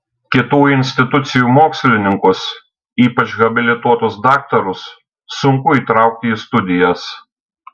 kitų institucijų mokslininkus ypač habilituotus daktarus sunku įtraukti į studijas